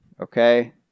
Okay